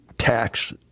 tax